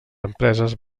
empreses